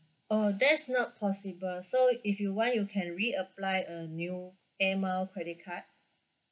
oh that's not possible so if you want you can re apply a new air mile credit card